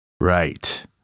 Right